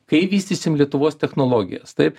kaip vystysim lietuvos technologijas taip